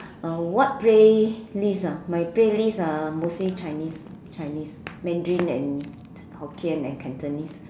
uh what playlist ah my playlist uh mostly chinese chinese mandarin and hokkien and cantonese